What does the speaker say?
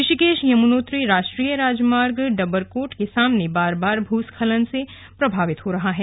ऋषिकेश यमुनोत्री राष्ट्रीय राजमार्ग डबरकोट के सामने बार बार भूस्खलन से प्रभावित हो रहा है